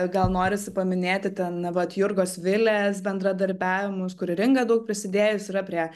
gal norisi paminėti ten vat jurgos vilės bendradarbiavimus kur ir inga daug prisidėjus yra prie